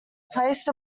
placed